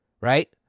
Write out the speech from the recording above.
right